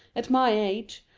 at my age,